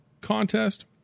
contest